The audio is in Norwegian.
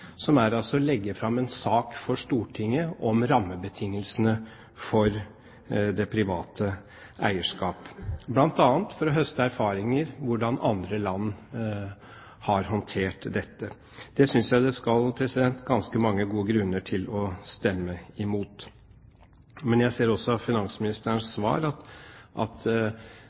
forslaget, som altså er å legge fram en sak for Stortinget om rammebetingelsene for det private eierskap, bl.a. for å høste erfaringer om hvordan andre land har håndtert dette. Det synes jeg det skal ganske mange gode grunner til å stemme imot. Men jeg ser også av finansministerens svar at